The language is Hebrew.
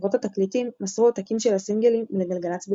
חברות התקליטים מסרו עותקים של הסינגלים לגלגלצ בלבד,